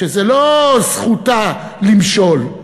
שזה לא זכותה למשול,